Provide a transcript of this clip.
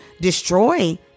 destroy